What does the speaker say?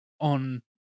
on